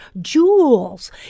jewels